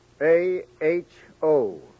A-H-O